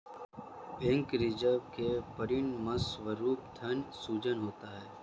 bank reserve के परिणामस्वरूप धन सृजन होता है